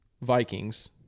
Vikings